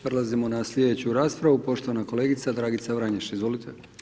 Prelazimo na sljedeću raspravu, poštovana kolegica Dragica Vranješ, izvolite.